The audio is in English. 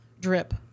drip